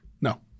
No